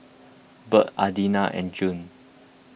Bird Adina and Juan